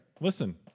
listen